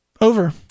Over